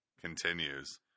continues